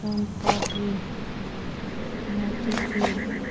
سون پاپری متی چور